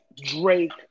Drake